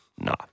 No